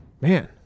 man